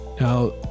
Now